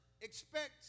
expect